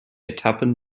etappen